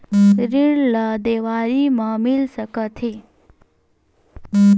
ऋण ला देवारी मा मिल सकत हे